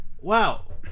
Wow